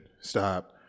stop